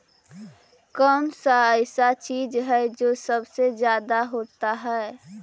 कौन सा ऐसा चीज है जो सबसे ज्यादा होता है?